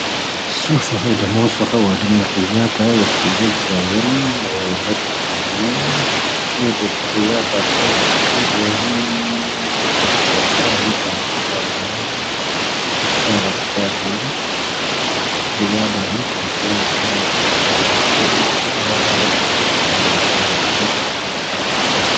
ⵙⵓⴼⴳⵀⴻ ⴷⵎoⵓⵙⴳⵀⴻ ⵡⴰⴷ ⵎⵏ ⵔⵉⵢⴰⴷⴰⵢⴰⵜ ⵉⵡⴰⴷ ⵣⴰⵢⵉⵏ ⴰⵓⵔⴰⴷ ⴷⵓⵏⴰⵜ. ⴻⴷⵉⵜⵀ ⵔⵉⵢⴰⴷⴰⵜ ⴰⵇⴰ ⴽⴷⴽⵓⴷⵡⴰⵀⵉ ⵜⵓⵎⵜⵓⵔⴰⵀⵉ ⵜⵓⵎⴼⵓⴷⴰ ⵉⵎⴰⵏⵉⵎ ⴰⵜⵜⴰⵔⴰ ⵙⴰⵀⵉⵎ. ⵔⵉⵢⴰⴷⴰⵀⵉ ⵜⵓⵎⴼⵓⵏⴰ ⴽⵉⵎⴰⵏⵉⵎ ⵜⴷⵡⴼⵓ ⴰⵓⵔⴰⴷ ⴷⵓⵏⴰⵜ ⵉⵢⵉⵎ ⴼⴰⵏⵉⵎ, ⵀⴻ ⵜⵓⵎⴼⵓⴷⴰ ⴰⵜⵜⴰⵔⴰ ⵙⴰⵀⵉⵎ.